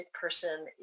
person